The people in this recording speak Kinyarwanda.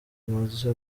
amaze